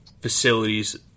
facilities